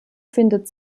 findet